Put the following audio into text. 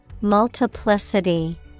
Multiplicity